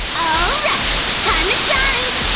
ah right! time to shine!